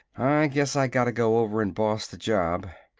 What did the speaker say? i guess i gotta go over an' boss the job.